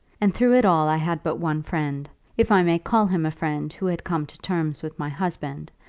and through it all i had but one friend if i may call him a friend who had come to terms with my husband,